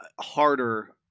harder